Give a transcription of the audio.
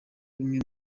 bimwe